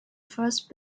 first